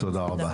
תודה רבה.